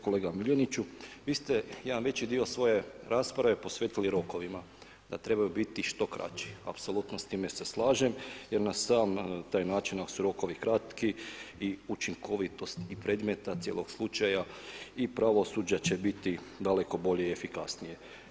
Kolega Miljeniću, vi ste jedan veći dio svoje rasprave posvetili rokovima da trebaju biti što kraći, apsolutno s time se slažem jer na sam taj način ako su rokovi kratki i učinkovitost i predmeta cijelog slučaja i pravosuđa će biti daleko bolje i efikasnije.